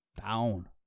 Down